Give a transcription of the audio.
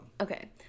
Okay